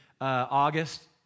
August